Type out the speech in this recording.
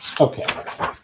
Okay